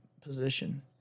position